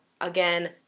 again